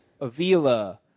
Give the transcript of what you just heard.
Avila